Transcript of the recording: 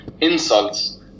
insults